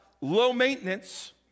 low-maintenance